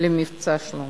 ל"מבצע שלמה",